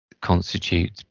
constitute